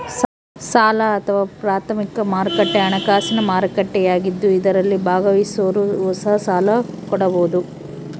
ಸಾಲ ಅಥವಾ ಪ್ರಾಥಮಿಕ ಮಾರುಕಟ್ಟೆ ಹಣಕಾಸಿನ ಮಾರುಕಟ್ಟೆಯಾಗಿದ್ದು ಇದರಲ್ಲಿ ಭಾಗವಹಿಸೋರು ಹೊಸ ಸಾಲ ಕೊಡಬೋದು